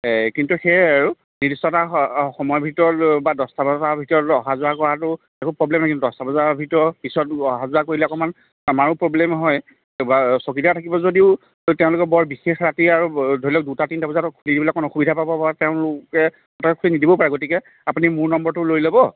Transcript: এই কিন্তু সেয়ে আৰু নিৰ্দিষ্ট এটা সময়ৰ ভিতৰত বা দহটা বজাৰ ভিতৰত অহা যোৱা কৰাটো একো প্ৰব্লেম নহয় কিন্তু দহটা বজাৰ ভিতৰত পিছত অহা যোৱা কৰিলে অকণমান আমাৰো প্ৰব্লেম হয় কিবা চকীদাৰ থাকিব যদিও তেওঁলোকে বৰ বিশেষ ৰাতি আৰু ধৰি লওক দুটা তিনিটা বজাত খুলি দিবলৈ অকণমান অসুবিধা পাব বা তেওঁলোকে খুলি নিদিবও পাৰে গতিকে আপুনি মোৰ নম্বৰটো লৈ ল'ব